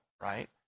right